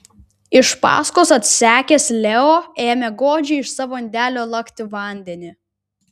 iš paskos atsekęs leo ėmė godžiai iš savo indelio lakti vandenį